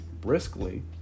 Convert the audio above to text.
briskly